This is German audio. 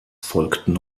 folgten